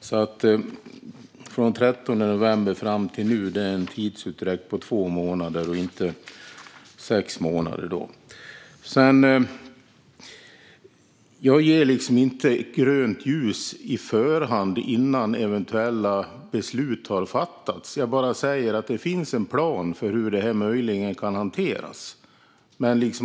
Från den 13 november fram till nu är en tidsutdräkt på två månader, inte sex månader. Jag ger inte grönt ljus på förhand, innan eventuella beslut har fattats. Jag bara säger att det finns en plan för hur detta möjligen kan hanteras.